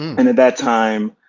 and at that time,